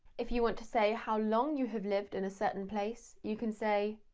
if you want to say how long you have lived in a certain place, you can say,